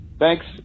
Thanks